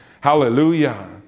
Hallelujah